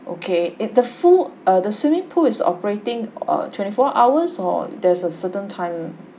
okay if the fu~ uh the swimming pool is operating uh twenty-four hours or there's a certain time